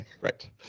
right